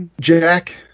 Jack